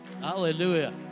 hallelujah